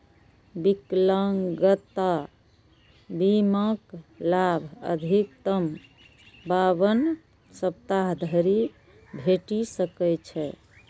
विकलांगता बीमाक लाभ अधिकतम बावन सप्ताह धरि भेटि सकै छै